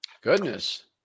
Goodness